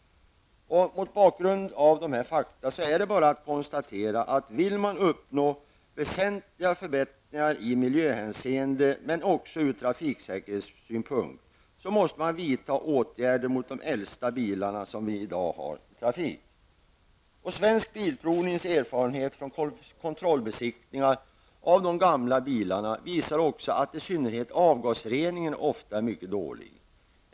Mot bakgrund av dessa fakta är det bara att konstatera, att vill man uppnå väsentliga förbättringar i miljöhänseende, men också ur trafiksäkerhetssynpunkt, måste man vidta åtgärder mot de äldsta bilarna som vi i dag har i trafik. Svensk Bilprovnings erfarenhet från kontrollbesiktningar av de gamla bilarna visar också att i synnerhet avgasreningen ofta är mycket dålig.